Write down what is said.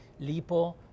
LiPo